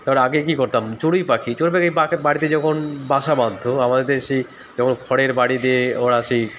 তার আগে কী করতাম চড়ুই পাখি চড়ুই পাখি বা বাড়িতে যখন বাসা বাঁধত আমাদের সেই যখন খড়ের বাড়ি দিয়ে ওরা সেই